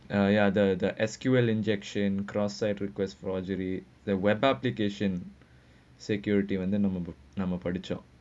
ya ya the the S_Q_L injection cross site request project the web application security the normal number for the job